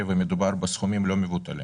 מדובר בסכומים לא מבוטלים.